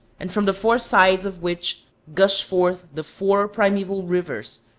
and from the four sides of which gush forth the four primeval rivers,